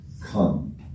come